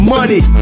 Money